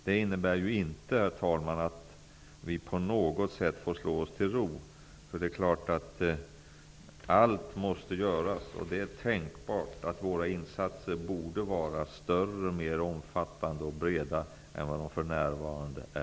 Detta innebär inte, herr talman, att vi på något sätt får slå oss till ro. Det är klart att allt måste göras. Det är tänkbart att våra insatser borde vara större, mer omfattande och bredare än de för närvarande är.